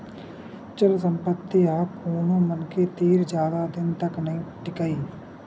चल संपत्ति ह कोनो मनखे तीर जादा दिन तक नइ टीकय